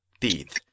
teeth